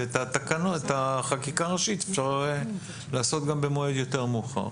ואת החקיקה הראשית אפשר לעשות גם במועד יותר מאוחר.